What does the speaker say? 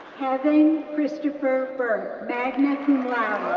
kevin christopher burke, magna cum